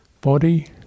body